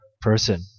person